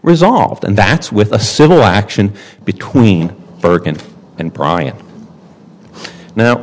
resolved and that's with a civil action between bergen and priam now